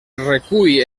recull